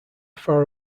far